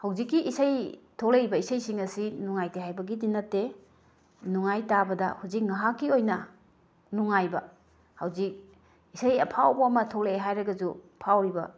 ꯍꯧꯖꯤꯛꯀꯤ ꯏꯁꯩ ꯊꯣꯛꯂꯛꯏꯕ ꯏꯁꯩꯁꯤꯡ ꯑꯁꯤ ꯅꯨꯡꯉꯥꯏꯇꯦ ꯍꯥꯏꯕꯒꯤꯗꯤ ꯅꯠꯇꯦ ꯅꯨꯡꯉꯥꯏ ꯇꯥꯕꯗ ꯍꯧꯖꯤꯛ ꯉꯥꯏꯍꯥꯛꯀꯤ ꯑꯣꯏꯅ ꯅꯨꯡꯉꯥꯏꯕ ꯍꯧꯖꯤꯛ ꯏꯁꯩ ꯑꯐꯥꯎꯕ ꯑꯃ ꯊꯣꯛꯂꯛꯑꯦ ꯍꯥꯏꯔꯒꯁꯨ ꯐꯥꯎꯔꯤꯕ